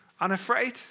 Unafraid